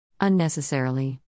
unnecessarily